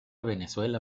venezuela